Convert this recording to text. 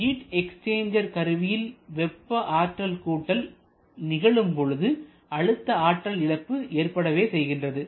heat exchanger கருவியில் வெப்ப ஆற்றல் கூட்டல் நிகழும் பொழுது அழுத்த ஆற்றல் இழப்பு ஏற்படவே செய்கிறது